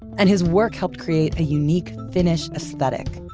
and his work helped create a unique finnish aesthetic,